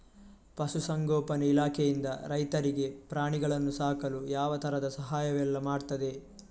ಪಶುಸಂಗೋಪನೆ ಇಲಾಖೆಯಿಂದ ರೈತರಿಗೆ ಪ್ರಾಣಿಗಳನ್ನು ಸಾಕಲು ಯಾವ ತರದ ಸಹಾಯವೆಲ್ಲ ಮಾಡ್ತದೆ?